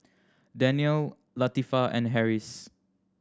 Danial Latifa and Harris